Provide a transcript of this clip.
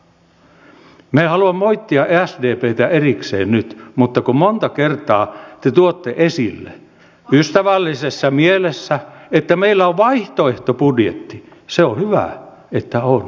minä en halua moittia sdptä erikseen nyt mutta kun monta kertaa te tuotte esille ystävällisessä mielessä että meillä on vaihtoehtobudjetti se on hyvä että on